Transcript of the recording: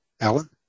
Alan